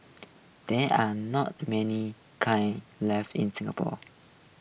there are not many kilns left in Singapore